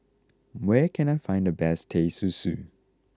where can I find the best Teh Susu